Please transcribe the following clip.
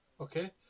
Okay